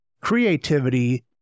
creativity